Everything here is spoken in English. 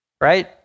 Right